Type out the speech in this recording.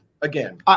again